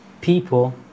people